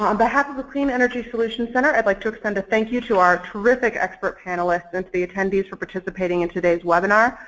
um behalf of the clean energy solution center i'd like to extend a thank you to our terrific expert panelists and the attendees for participating in today's webinar.